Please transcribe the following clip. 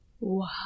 Wow